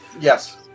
Yes